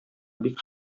бик